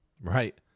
Right